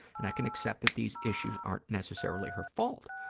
and i can accept that these issues aren't necessarily her fault.